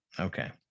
Okay